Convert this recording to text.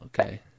okay